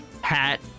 hat